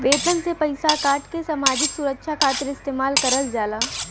वेतन से पइसा काटके सामाजिक सुरक्षा खातिर इस्तेमाल करल जाला